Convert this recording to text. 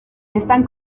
están